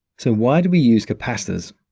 so, why do we use capacitors?